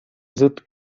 zıt